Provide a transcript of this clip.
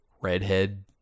redhead